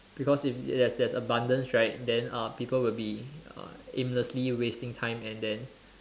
because if there's there's abundance right then uh people would be uh aimlessly wasting time and then